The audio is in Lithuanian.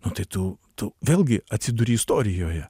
nu tai tu tu vėlgi atsiduri istorijoje